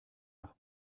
nach